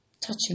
touching